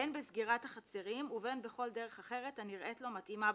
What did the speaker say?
אם לא צריך לסגור את המקום לגמרי ואני חושבת שגם המשטרה מסכימה,